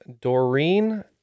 Doreen